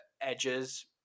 edges